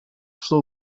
flow